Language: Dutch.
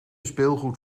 speelgoed